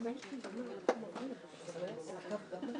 נכנסות למקצועות הנמוכים כשמסתכלים על התפלגות השכר בהייטק,